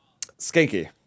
Skanky